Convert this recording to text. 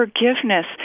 forgiveness